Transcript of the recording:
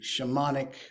shamanic